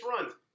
runs